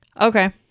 Okay